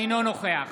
אינו נוכח